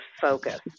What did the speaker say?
focus